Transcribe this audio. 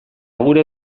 gure